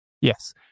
Yes